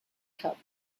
cup